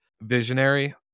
visionary